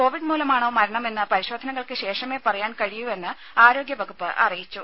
Covid മൂലമാണോ മരണമെന്ന് പരിശോധനകൾക്ക് ശേഷമേ പറയാൻ കഴിയൂവെന്ന് ആരോഗ്യ വകുപ്പ് അറിയിച്ചു